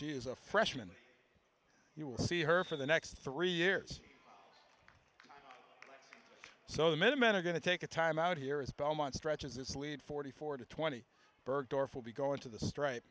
she is a freshman you will see her for the next three years so the middlemen are going to take a time out here is belmont stretches his lead forty four to twenty bergdorf will be going to the stri